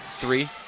three